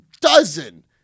dozen